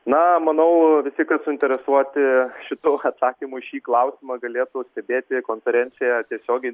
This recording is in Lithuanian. na manau visi kas suinteresuoti šitu atsakymu į šį klausimą galėtų stebėti konferenciją tiesiogiai